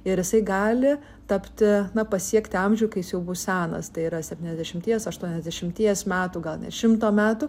ir jisai gali tapti na pasiekti amžių kai jis jau bus senas tai yra septyniasdešimties aštuoniasdešimties metų gal net šimto metų